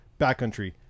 backcountry